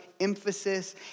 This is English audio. emphasis